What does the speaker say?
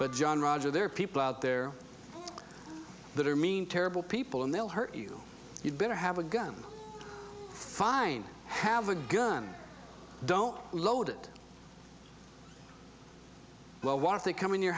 but john roger there are people out there that are mean terrible people and they'll hurt you you'd better have a gun find have a gun don't load it well what if they come in your